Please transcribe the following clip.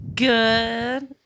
good